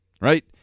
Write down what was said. right